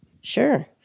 Sure